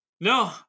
No